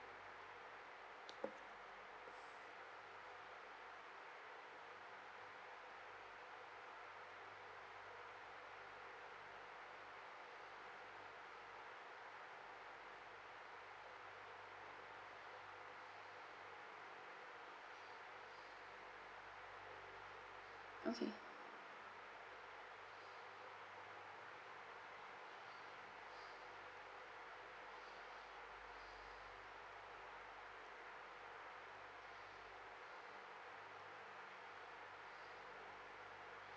okay